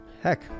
heck